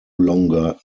longer